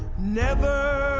never,